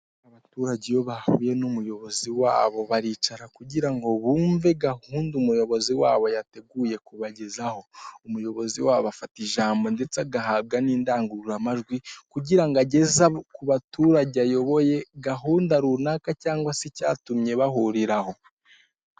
Abaturage iyo bahuye n'umuyobozi wabo baricara kugira ngo bumve gahunda umuyobozi wabo yateguye kubagezaho, umuyobozi wabo afata ijambo ndetse agahambwa n'indangururamajwi kugira ngo ageze ku baturage ayoboye gahunda runaka cyangwa se icyatumye bahurira aho.